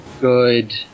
good